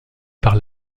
par